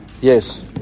Yes